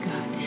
God